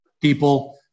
people